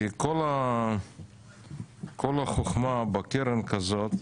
כי כל החוכמה בקרן כזאת,